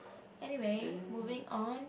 anyway moving on